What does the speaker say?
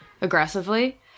aggressively